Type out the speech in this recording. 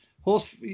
Horse